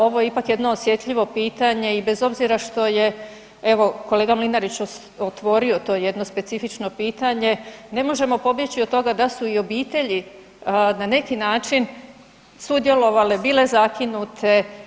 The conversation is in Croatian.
Ovo je ipak jedno osjetljivo pitanje i bez obzira što je evo kolega Mlinarić otvorio to jedno specifično pitanje ne možemo pobjeći od toga da su i obitelji na neki način sudjelovale, bile zakinute.